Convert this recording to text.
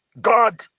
God